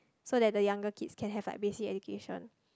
so that the younger kids can have like basic education